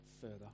further